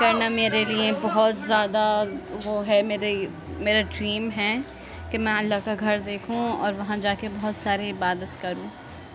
کرنا میرے لیے بہت زیادہ وہ ہے میرے میرا ڈریم ہے کہ میں اللہ کا گھر دیکھوں اور وہاں جا کے بہت ساری عبادت کروں